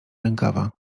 rękawa